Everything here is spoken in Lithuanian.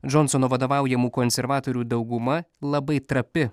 džonsono vadovaujamų konservatorių dauguma labai trapi